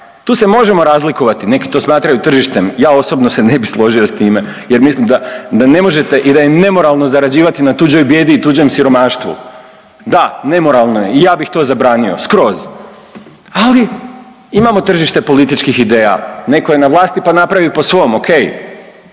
tu se možemo razlikovati, neki to smatraju tržištem, ja osobno se ne bi složio s time jer mislim da ne možete i da je nemoralno zarađivati na tuđoj bijedi i tuđem siromaštvu. Da, nemoralno je i ja bih to zabranio, skroz, ali imamo tržište političkih ideja. Netko je na vlasti pa napravi po svom, okej,